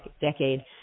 decade